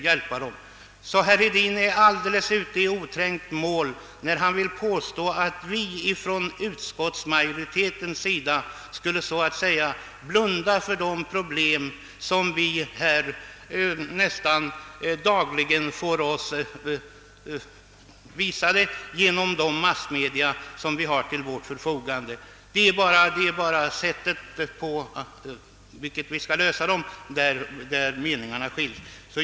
Herr Hedin var därför ute i alldeles oträngt mål när han påstod att utskottsmajoriteten så att säga blundar för de problem som vi nästan dagligen konfronteras med genom massmedia. Det är i fråga om sättet att lösa problemen som meningarna skiljer sig.